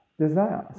Desires